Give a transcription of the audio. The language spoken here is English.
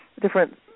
different